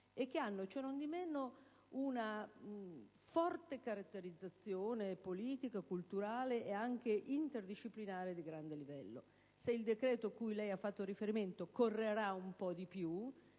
ma hanno, ciò nondimeno, una forte caratterizzazione politica, culturale e interdisciplinare di grande livello. Se il decreto cui lei ha fatto riferimento correrà un po' di più,